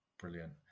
brilliant